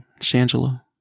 Shangela